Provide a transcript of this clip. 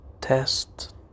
test